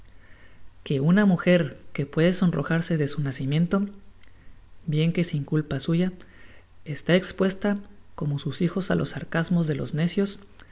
que una muger que puede sonrojarse desu nacimiento bien que sin culpa suya está espuesta como sus hijos á los sarcasmos de los necios